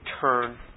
turn